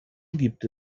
gibt